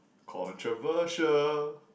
controversial